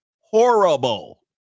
horrible